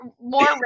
more